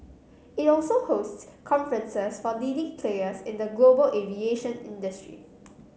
it also hosts conferences for leading players in the global aviation industry